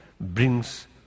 brings